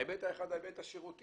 ההיבט האחד הוא ההיבט השירותי.